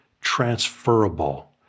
transferable